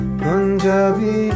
punjabi